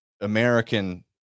American